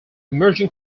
emerging